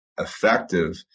effective